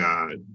God